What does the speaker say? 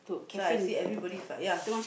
so I see everybody f~ ya